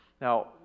Now